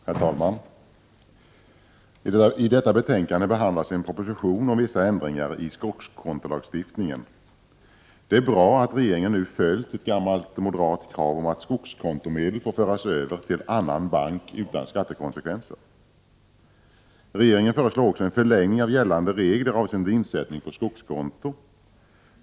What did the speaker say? Herr talman! I detta betänkande behandlas en proposition om vissa ändringar i skogskontolagstiftningen. Det är bra att regeringen nu har följt ett gammalt moderat krav om att skogskontomedel skall få föras över till annan bank utan skattekonsekvenser. Regeringen föreslår också en förlängning av gällande regler avseende insättning på skogskonto.